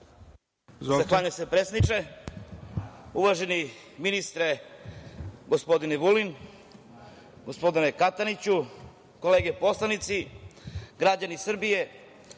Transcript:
Zahvaljujem se predsedniče. Uvaženi ministre, gospodine Vulin, gospodine Kataniću, kolege poslanici, građani Srbije